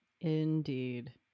Indeed